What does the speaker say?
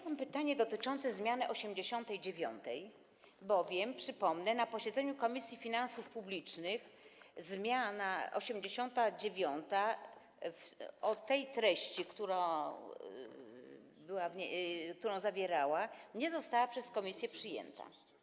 Mam pytanie dotyczące zmiany 89., bowiem - przypomnę - na posiedzeniu Komisji Finansów Publicznych zmiana 89. o treści, którą zawierała, nie została przez komisję przyjęta.